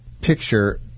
picture